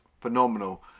phenomenal